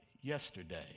yesterday